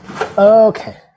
Okay